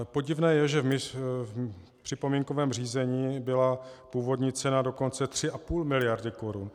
Podivné je, že v připomínkovém řízení byla původní cena dokonce 3,5 mld. korun.